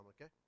okay